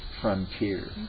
frontier